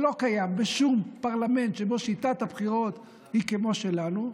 שלא קיים בשום פרלמנט שבו שיטת הבחירות היא כמו שלנו,